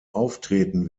auftreten